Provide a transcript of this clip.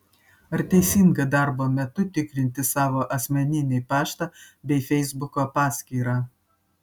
ar teisinga darbo metu tikrinti savo asmeninį paštą bei feisbuko paskyrą